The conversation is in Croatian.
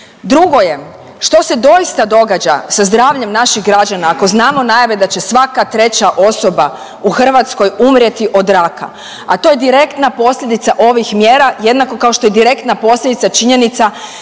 Drugo je, što se doista događa sa zdravljem naših građana ako znamo najave da će svaka treća osoba u Hrvatskoj umrijeti od raka, a to je direktna posljedica ovih mjera jednako kao što je direktna posljedica činjenica